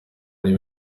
ari